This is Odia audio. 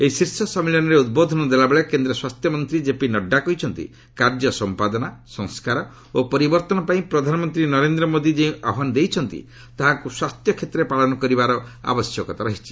ଏହି ଶୀର୍ଷ ସମ୍ମିଳନୀରେ ଉଦ୍ବୋଧନ ଦେଲାବେଳେ କେନ୍ଦ୍ର ସ୍ୱାସ୍ଥ୍ୟମନ୍ତ୍ରୀ ଜେପି ନଡ୍ରା କହିଛନ୍ତି କାର୍ଯ୍ୟ ସମ୍ପାଦନା ସଂସ୍କାର ଓ ପରିବର୍ତ୍ତନପାଇଁ ପ୍ରଧାନମନ୍ତ୍ରୀ ନରେନ୍ଦ୍ର ମୋଦି ଯେଉଁ ଆହ୍ୱାନ ଦେଇଛନ୍ତି ତାହାକୁ ସ୍ୱାସ୍ଥ୍ୟ କ୍ଷେତ୍ରରେ ପାଳନ କରାଯିବାର ଆବଶ୍ୟକତା ରହିଛି